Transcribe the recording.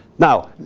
now,